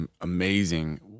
amazing